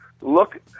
Look